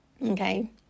Okay